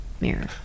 mirror